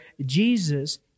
Jesus